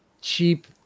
cheap